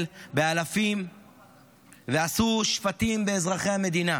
באלפים ועשו שפטים באזרחי המדינה.